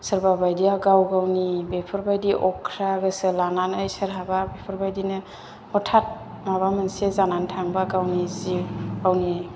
सोरबा बायदिया गाव गावनि बेफोरबायदि अख्रा गोसो लानानै सोरहाबा बेफोरबायदिनो हथात माबा मोनसे जानानै थांबा गावनि जिउ गावनि